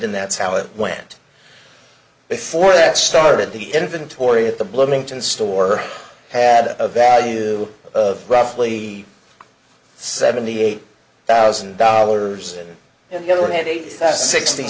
and that's how it went before that started the inventory at the bloomington store had a value of roughly seventy eight thousand dollars and the other had a sixty